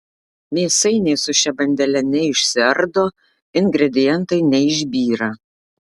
mėsainiai su šia bandele neišsiardo ingredientai neišbyra